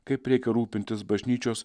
kaip reikia rūpintis bažnyčios